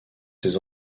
ses